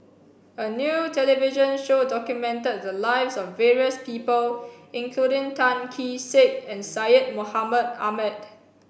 a new television show documented the lives of various people including Tan Kee Sek and Syed Mohamed Ahmed